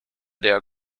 der